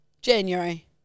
January